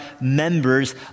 members